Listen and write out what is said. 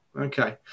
okay